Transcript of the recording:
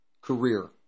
career